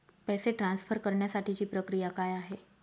पैसे ट्रान्सफर करण्यासाठीची प्रक्रिया काय आहे?